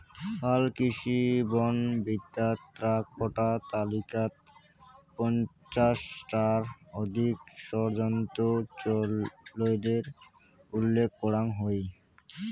হালকৃষি বনবিদ্যাত এ্যাকটা তালিকাত পঞ্চাশ টার অধিক স্বতন্ত্র চইলের উল্লেখ করাং হই